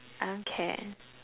I don't care